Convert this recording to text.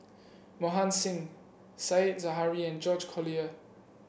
Mohan Singh Said Zahari and George Collyer